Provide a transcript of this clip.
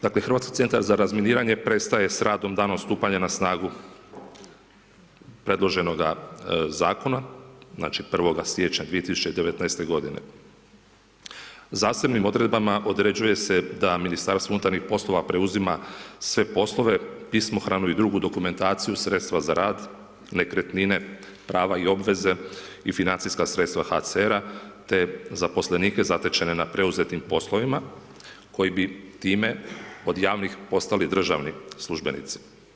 Dakle, Hrvatski centar za razminiranje prestaje s radom danom stupanja na snagu predloženoga zakona, znači 1.12019. g. Zasebnim odredbama određuje se da Ministarstvo unutarnjih poslova preuzima sve poslove, pismohranu i drugu dokumentaciju sredstva za rad, nekretnine, prava i obveze i financijska sredstva HCR-a te zaposlenike zatečene na preuzetim poslovima, koji bi time, od javnih postali državni službenici.